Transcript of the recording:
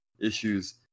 issues